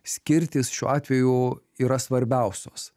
skirtys šiuo atveju yra svarbiausios